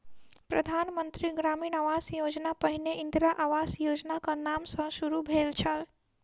प्रधान मंत्री ग्रामीण आवास योजना पहिने इंदिरा आवास योजनाक नाम सॅ शुरू भेल छल